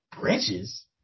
bridges